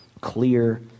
clear